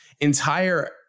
entire